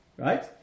right